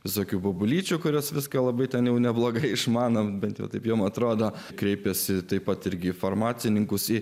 visokių bobulyčių kurios viską labai neblogai išmanome bent taip joms atrodo kreipiasi taip pat irgi farmacininkus